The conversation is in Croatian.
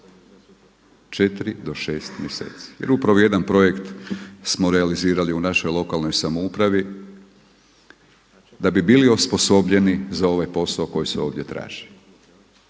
4 do 6 mjeseci. Jer upravo jedan projekt smo realizirali u našoj lokalnoj samoupravi da bi bili osposobljeni za ovaj posao koji se ovdje traži.